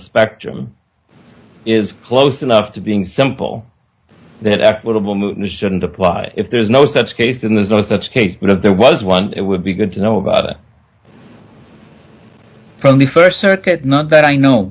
spectrum is close enough to being simple that equitable movement shouldn't apply if there is no such case and there's no such case but if there was one it would be good to know about it from the st circuit not that i know